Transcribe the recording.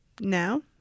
Now